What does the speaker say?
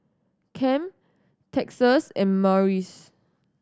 Kem Texas and Marius